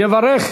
יברך